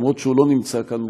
אף שהוא לא נמצא כאן,